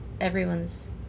everyone's